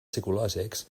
psicològics